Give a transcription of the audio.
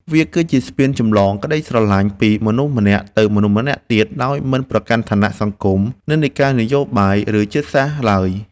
វាគឺជាស្ពានចម្លងក្ដីស្រឡាញ់ពីមនុស្សម្នាក់ទៅមនុស្សម្នាក់ទៀត ដោយមិនប្រកាន់ឋានៈសង្គម និន្នាការនយោបាយ ឬជាតិសាសន៍ឡើយ។